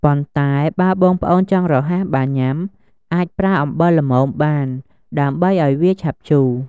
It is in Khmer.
ប៉ុន្តែបើបងប្អូនចង់រហ័សបានញុំា អាចប្រើអំបិលល្មមបាន ដើម្បីឱ្យវាឆាប់ជូរ។